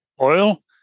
oil